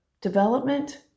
development